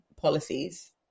policies